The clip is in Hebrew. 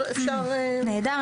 נהדר,